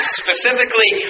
specifically